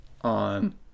on